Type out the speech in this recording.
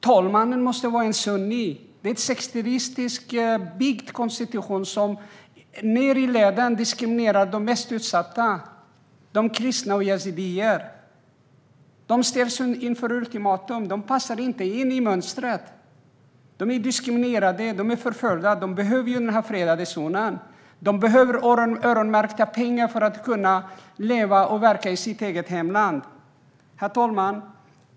Talmannen måste vara sunni. Det är en sekteristiskt byggd konstitution som ned i leden diskriminerar de mest utsatta - de kristna och yazidierna. De ställs inför ultimatum. De passar inte in i mönstret. De är diskriminerade och förföljda och de behöver den här fredade zonen. De behöver öronmärkta pengar för att kunna leva och verka i sitt eget hemland. Herr talman!